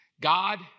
god